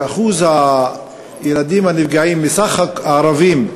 אחוז הילדים הערבים הנפגעים, סך הפגיעות,